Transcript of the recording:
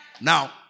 now